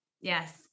Yes